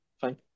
Fine